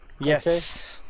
Yes